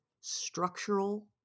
structural